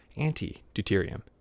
antideuterium